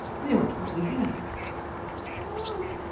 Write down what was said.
there it was again help!